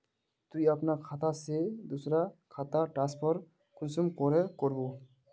तुई अपना खाता से दूसरा खातात ट्रांसफर कुंसम करे करबो?